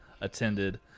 attended